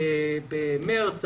במרס,